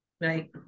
Right